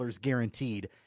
guaranteed